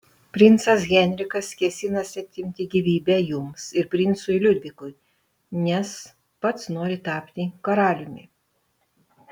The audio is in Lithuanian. princas henrikas kėsinasi atimti gyvybę jums ir princui liudvikui nes pats nori tapti karaliumi